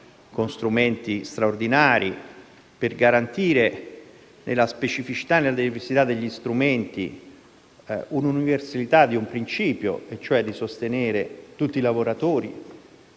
con strumenti straordinari per garantire, nella specificità e nella diversità degli strumenti, l'universalità di un principio, quello di sostenere tutti i lavoratori